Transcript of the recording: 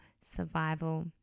survival